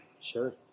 Sure